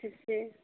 बेसे